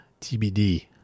TBD